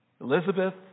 Elizabeth